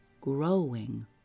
growing